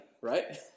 right